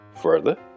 Further